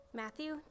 Matthew